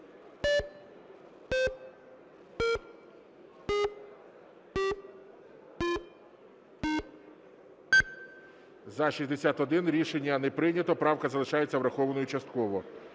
За-61 Рішення не прийнято. Правка залишається врахованою частково.